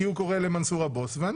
כי הוא קורא לו מנסור הבוס.